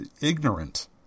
ignorant